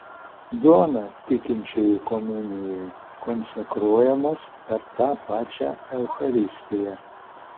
duona tikinčiųjų komunijai konsekruojamos per tą pačią eucharistiją